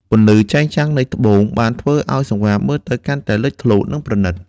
ពន្លឺចែងចាំងនៃត្បូងបានធ្វើឱ្យសង្វារមើលទៅកាន់តែលេចធ្លោ និងប្រណីត។